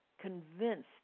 convinced